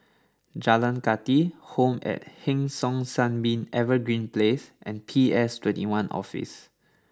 Jalan Kathi Home at Hong San Sunbeam Evergreen Place and P S twenty one Office